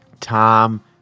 Tom